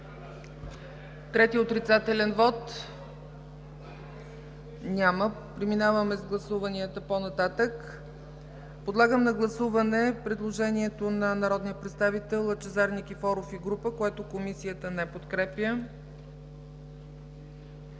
Трети отрицателен вот? Няма. Преминаваме към гласуванията по-нататък. Подлагам на гласуване предложението от народния представител Лъчезар Никифоров и група народни представители, което Комисията не подкрепя.